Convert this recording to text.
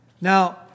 Now